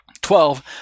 twelve